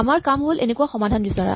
আমাৰ কাম হ'ল এনেকুৱা সমাধান বিচৰা